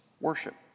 worship